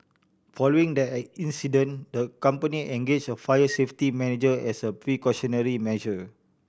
following that incident the company engaged a fire safety manager as a precautionary measure